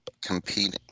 competing